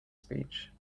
speech